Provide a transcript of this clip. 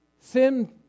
Sin